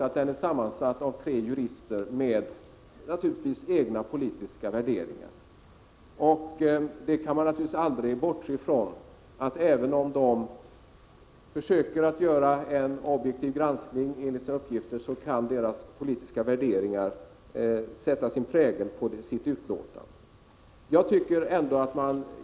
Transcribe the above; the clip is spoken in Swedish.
Lagrådet är sammansatt av tre jurister, som har egna politiska värderingar, och man kan naturligtvis aldrig bortse från att även om de försöker göra en objektiv granskning enligt sina uppgifter så kan deras politiska värderingar sätta sin prägel på utlåtandena.